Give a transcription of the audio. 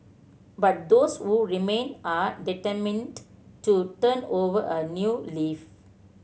but those who remain are determined to turn over a new leaf